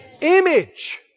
Image